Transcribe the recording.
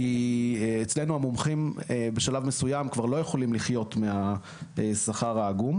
כי אצלנו המומחים בשלב מסוים כבר לא יכולים לחיות מהשכר העגום.